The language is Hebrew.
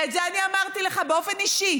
ואת זה אני אמרתי לך באופן אישי,